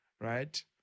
Right